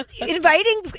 inviting